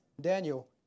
Daniel